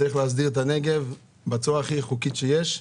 צריך להסדיר את הנגב בצורה הכי חוקית שיש,